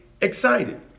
excited